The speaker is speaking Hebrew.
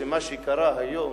מה שקרה היום,